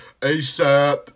ASAP